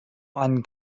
einen